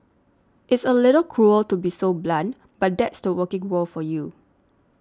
it's a little cruel to be so blunt but that's the working world for you